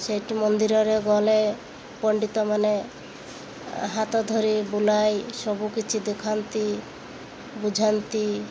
ସେଇଠି ମନ୍ଦିରରେ ଗଲେ ପଣ୍ଡିତ ମାନେ ହାତ ଧରି ବୁଲାଇ ସବୁକିଛି ଦେଖାନ୍ତି ବୁଝାନ୍ତି